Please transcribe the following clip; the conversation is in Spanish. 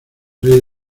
rey